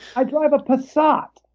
i drive a passat.